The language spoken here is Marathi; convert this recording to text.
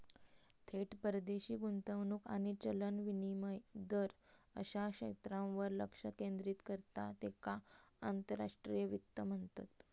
थेट परदेशी गुंतवणूक आणि चलन विनिमय दर अश्या क्षेत्रांवर लक्ष केंद्रित करता त्येका आंतरराष्ट्रीय वित्त म्हणतत